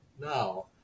now